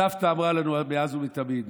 הסבתא אמרה לנו מאז ומתמיד: